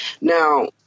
Now